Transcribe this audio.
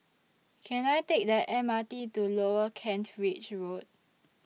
Can I Take The M R T to Lower Kent Ridge Road